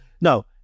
No